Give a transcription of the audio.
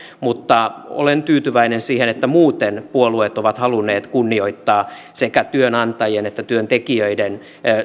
mutta olen tyytyväinen siihen että muuten puolueet ovat halunneet kunnioittaa sekä työnantajien että työntekijöiden